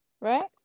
right